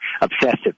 obsessive